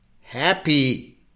happy